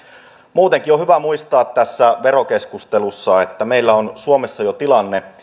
muutenkin on hyvä muistaa tässä verokeskustelussa että meillä on suomessa jo tilanne